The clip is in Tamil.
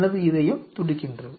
எனது இதயம் துடிக்கின்றது